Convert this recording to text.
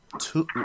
two